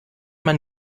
man